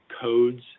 codes